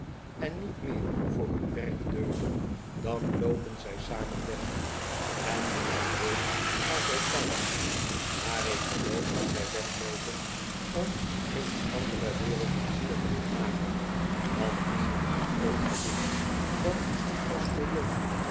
znllen herkonncn meer voor hiin werk deugeh dan loopen zij samen weg en niemand weet waar zij blijven maar ik geloof dat zij wegloopen om in een andere wereld pleizier te gaan maken want niemand heeft ooit gezien dat een